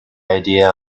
idea